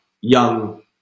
young